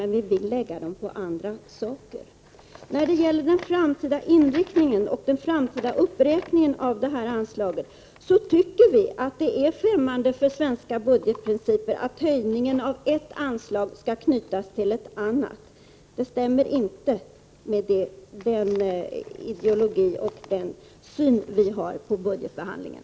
Men vi vill lägga dem på andra saker. När det gäller den framtida inriktningen och den framtida uppräkningen av anslaget, tycker vi att det är främmande för svenska budgetprinciper att höjningen av ett anslag skall knytas till ett annat. Det stämmer inte med den ideologi och den syn vi har på budgetbehandlingen.